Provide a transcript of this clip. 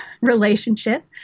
relationship